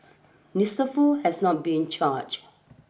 Mister Foo has not been charged